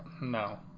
No